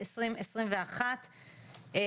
21 בדצמבר 2021 למניינם.